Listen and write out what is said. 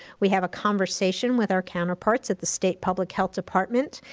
we have a conversation with our counterparts at the state public health department.